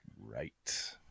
right